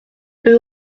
eux